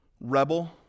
rebel